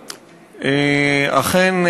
אכן,